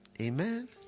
Amen